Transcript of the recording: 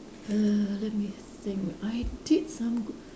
err let me think I did some Goo~